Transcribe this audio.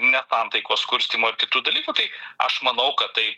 nesantaikos kurstymo ir kitų dalykų tai aš manau kad tai